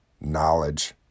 knowledge